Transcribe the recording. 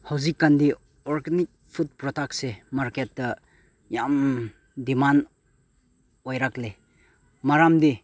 ꯍꯧꯖꯤꯛꯀꯥꯟꯗꯤ organic food ꯄ꯭ꯔꯗꯛꯁꯦ ꯃꯥꯔꯀꯦꯠꯇ ꯌꯥꯝ ꯗꯤꯃꯥꯟ ꯑꯣꯏꯔꯛꯂꯦ ꯃꯔꯝꯗꯤ